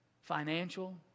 financial